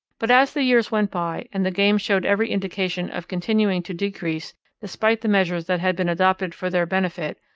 but as the years went by, and the game showed every indication of continuing to decrease despite the measures that had been adopted for their benefit,